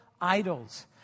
idols